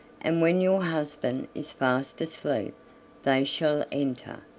and when your husband is fast asleep they shall enter,